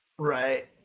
Right